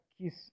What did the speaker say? kiss